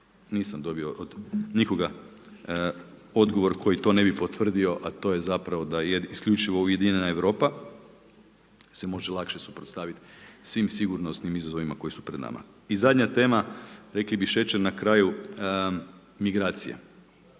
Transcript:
Nisam dobio od nikoga odgovor koji to ne bi potvrdio, a to je zapravo isključivo ujedinjena Europa se može lakše suprotstaviti svim sigurnosnim izazovima koji su pred nama. I zadnja tema, rekli bi šećer na kraju, migracija.